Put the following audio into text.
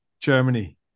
Germany